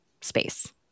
space